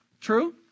True